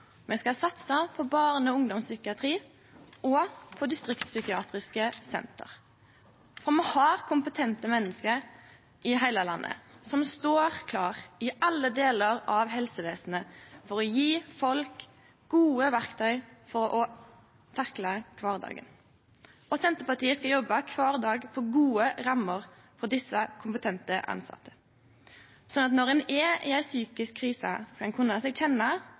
me skal satse på barne- og ungdomspsykiatri og på distriktspsykiatriske senter. Me har kompetente menneske i heile landet som står klare, i alle delar av helsevesenet, for å gje folk gode verktøy for å takle kvardagen. Senterpartiet skal jobbe kvar dag for gode rammer for desse kompetente tilsette, slik at når ein er i ei psykisk krise, skal ein kunne kjenne seg